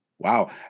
Wow